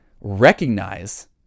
Recognize